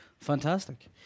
Fantastic